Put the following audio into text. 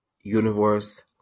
Universe